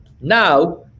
now